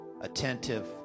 attentive